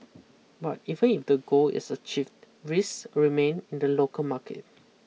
but even if the goal is achieved raise remain in the local market